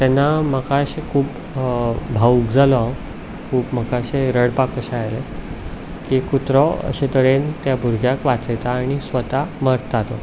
तेन्ना म्हाका अशें खूब भावूक जालो हांव खूब म्हाका अशें रडपाक कशें आयलें की कुत्रो अशे तरेन त्या भुरग्याक वाचयता आनी स्वताक मरता तो